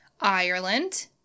Ireland